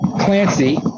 Clancy